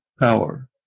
power